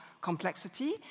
complexity